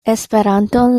esperanton